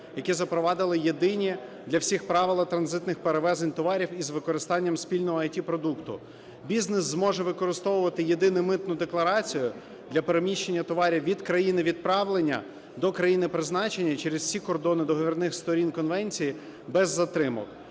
які запровадили єдині для всіх правила транзитних перевезень товарів із використанням спільного ІТ-продукту. Бізнес зможе використовувати єдину митну декларацію для переміщення товарів від країни відправлення до країни призначення через всі кордони договірних сторін конвенції без затримок.